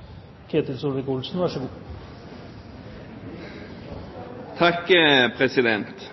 Ketil Solvik-Olsen var i ferd med å gjennomføre sitt innlegg, og får anledning til, med noe romsligere tid, å sluttføre det. Takk, president.